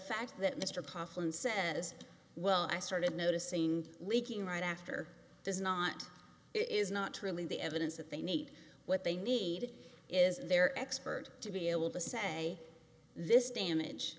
fact that mr possum says well i started noticing leaking right after does not it is not really the evidence that they need what they need is their expert to be able to say this damage